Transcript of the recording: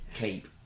Keep